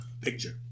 picture